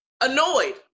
Annoyed